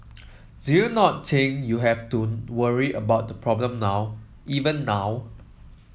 do you not you have worry about the problem now even now